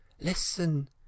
listen